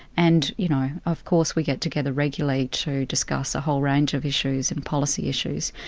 and you know of course we get together regularly to discuss a whole range of issues and policy issues,